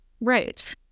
Right